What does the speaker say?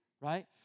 right